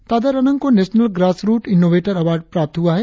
तादर अनांग को national grassroot innovator award प्राप्त हुआ है